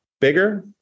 bigger